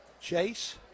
Chase